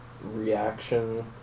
reaction